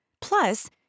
Plus